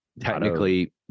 Technically